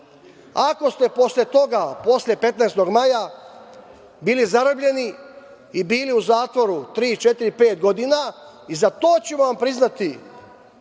Ako ste posle toga, posle 15. maja, bili zarobljeni i bili u zatvoru tri, četiri, pet godina, i za to ćemo vam priznati